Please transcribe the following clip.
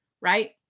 right